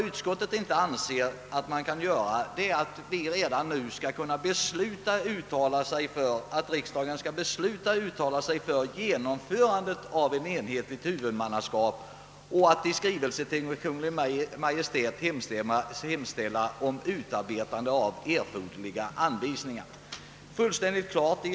Utskottet anser emellertid inte att riksdagen redan nu kan besluta uttala sig för genomförandet av ett enhetligt huvudmannaskap genom landstingskommunerna för de skyddade verkstäderna och övrig till dem anknuten verksamhet och i anledning härav i skrivelse till Kungl. Maj:t hemställa om utarbetande av erforderliga anvisningar.